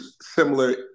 similar